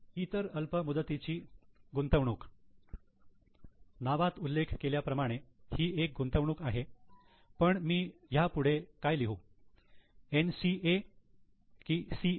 इतर अल्प मुदतीची गुंतवणूक नावात उल्लेख केल्याप्रमाणे ही एक गुंतवणूक आहे पण मी याच्यापुढे काय लिहू NCA की CA